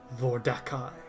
Vordakai